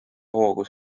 hoogu